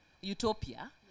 utopia